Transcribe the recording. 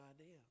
idea